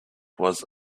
was